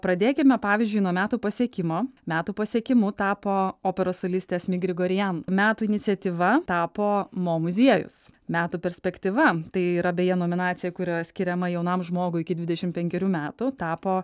pradėkime pavyzdžiui nuo metų pasiekimo metų pasiekimu tapo operos solistė asmik grigorian metų iniciatyva tapo mo muziejus metų perspektyva tai yra beje nominacija kuri yra skiriama jaunam žmogui iki dvidešim penkerių metų tapo